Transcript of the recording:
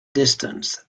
distance